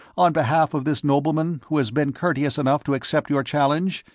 on behalf of this nobleman who has been courteous enough to accept your challenge?